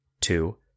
Two